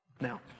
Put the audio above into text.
Now